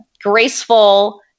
graceful